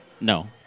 No